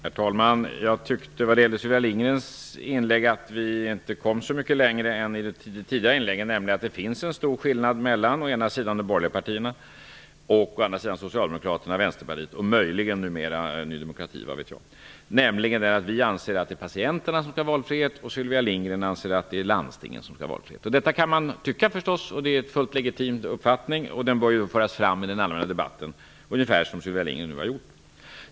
Herr talman! Jag tyckte vad gäller Sylvia Lindgrens inlägg att vi inte kom så mycket längre än i de tidigare inläggen. Det finns en stor skillnad mellan å ena sidan de borgerliga partierna och å andra sidan Socialdemokraterna och Vänsterpartiet, och möjligen numera Ny demokrati. Vi anser att det är patienterna som skall ha valfrihet, medan Sylvia Lindgren anser att det är landstingen som skall ha valfrihet. Detta kan man förstås tycka. Det är en fullt legitim uppfattning, och den bör föras fram i den allmänna debatten ungefär som Sylvia Lindgren nu gjort.